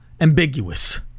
ambiguous